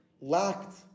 lacked